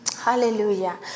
Hallelujah